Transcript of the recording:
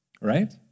Right